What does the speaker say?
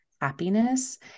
happiness